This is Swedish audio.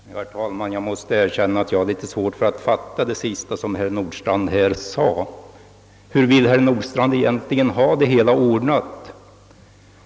Herr talman! Jag måste erkänna att jag har litet svårt att fatta det sista som herr Nordstrandh sade. Hur vill herr Nordstrandh egentligen ha det hela ordnat?